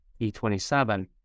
E27